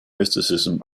mysticism